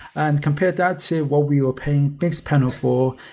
and compare that to what we were paying mixed panel for,